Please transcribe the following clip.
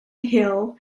hill